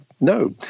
no